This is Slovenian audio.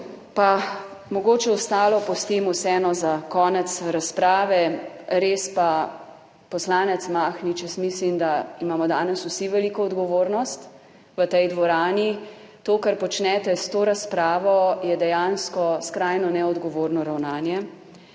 – 16.35** (nadaljevanje) konec razprave, res pa, poslanec Mahnič, jaz mislim, da imamo danes vsi veliko odgovornost v tej dvorani. To kar počnete s to razpravo je dejansko skrajno neodgovorno ravnanje